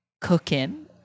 cooking